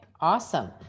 awesome